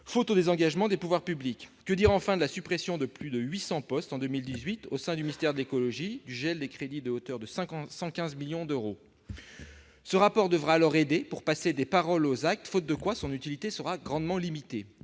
autres désengagements des pouvoirs publics. Et que dire de la suppression de plus de 800 postes en 2018 au sein du ministère de l'écologie ? Du gel des crédits à hauteur de 115 millions d'euros ? Ce rapport devra aider à passer des paroles aux actes, faute de quoi son utilité sera grandement limitée.